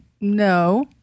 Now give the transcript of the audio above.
no